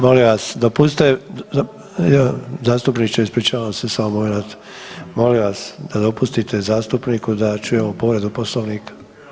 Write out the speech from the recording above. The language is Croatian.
Molim vas dopustite, zastupniče ispričavam se samo molim vas, molim vas da dopustite zastupniku da čujemo povredu Poslovnika.